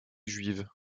juive